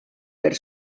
per